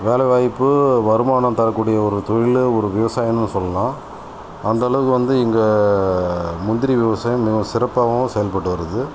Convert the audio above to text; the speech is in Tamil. வேலைவாய்ப்பு வருமானம் தரக்கூடிய ஒரு தொழில் ஒரு விவசாயன்னு சொல்லலாம் அந்தளவுக்கு வந்து இங்கே முந்திரி விவசாயம் மிக சிறப்பாகவும் செயல்பட்டு வருது